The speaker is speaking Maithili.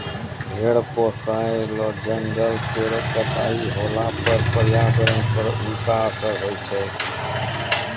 भेड़ पोसय ल जंगल केरो कटाई होला पर पर्यावरण पर उल्टा असर होय छै